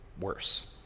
worse